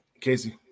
Casey